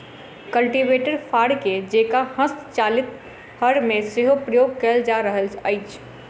cultivator फार के जेंका हस्तचालित हर मे सेहो प्रयोग कयल जा रहल अछि